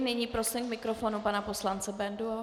Nyní prosím k mikrofonu pana poslance Bendu.